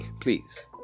Please